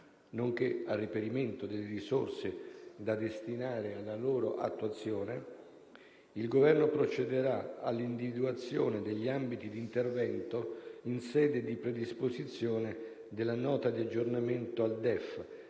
nonché al reperimento delle risorse da destinare alla loro attuazione, il Governo procederà all'individuazione degli ambiti di intervento in sede di predisposizione della Nota di aggiornamento al DEF,